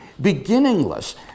beginningless